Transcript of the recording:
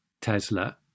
Tesla